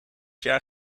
jaar